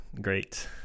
great